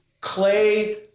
clay